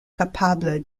capable